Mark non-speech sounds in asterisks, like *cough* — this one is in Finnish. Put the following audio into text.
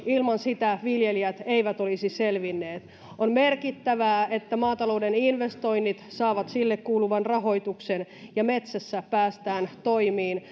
ilman sitä viljelijät eivät olisi selvinneet on merkittävää että maatalouden investoinnit saavat sille kuuluvan rahoituksen ja metsässä päästään toimiin *unintelligible*